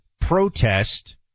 protest